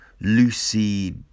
Lucy